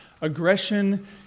aggression